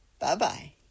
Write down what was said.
Bye-bye